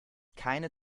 keine